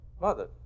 Mother